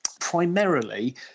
Primarily